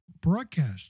broadcast